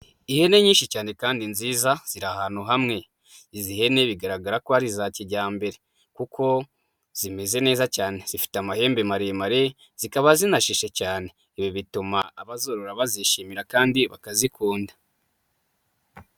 Ihene nyinshi cyane kandi nziza, ziri ahantu hamwe. Izi hene bigaragara ko ari iza kijyambere kuko zimeze neza cyane. Zifite amahembe maremare, zikaba zinashishe cyane. Ibi bituma abazorora bazishimira kandi bakazikunda.